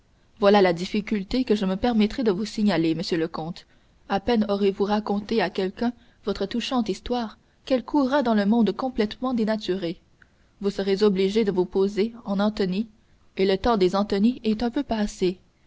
voilà la difficulté que je me permettrai de vous signaler monsieur le vicomte à peine aurez-vous raconté à quelqu'un votre touchante histoire qu'elle courra dans le monde complètement dénaturée vous serez obligé de vous poser en antony et le temps des antony est un peu passé